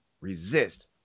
resist